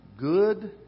good